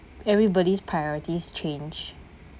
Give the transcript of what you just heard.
everybody's priorities change